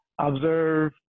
observe